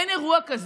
אין אירוע כזה.